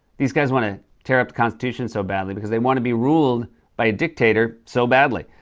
these guys want to tear up the constitution so badly because they want to be ruled by a dictator so badly.